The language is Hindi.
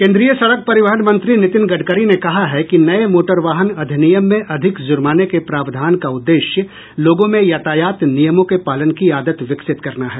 केन्द्रीय सड़क परिवहन मंत्री नितिन गडकरी ने कहा है कि नए मोटर वाहन अधिनियम में अधिक जुर्माने के प्रावधान का उद्देश्य लोगों में यातायात नियमों के पालन की आदत विकसित करना है